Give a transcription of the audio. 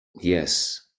Yes